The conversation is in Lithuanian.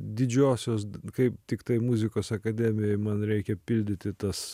didžiosios kaip tiktai muzikos akademijoj man reikia pildyti tas